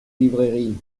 librairie